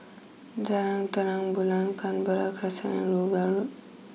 Jalan Terang Bulan Canberra Crescent and Rowell Road